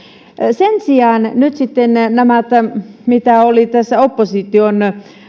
sen sijaan mitä nyt sitten tulee siihen mitä oli tässä opposition